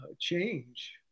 change